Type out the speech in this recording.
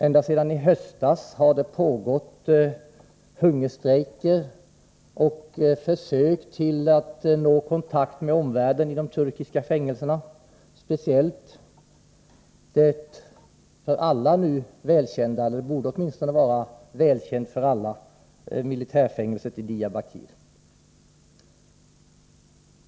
Ända sedan i höstas har det pågått hungerstrejker och försök att nå kontakt med omvärlden i de turkiska fängelserna, speciellt i det för alla välkända — det borde åtminstone vara välkänt — militärfängelset i Diyarbakir.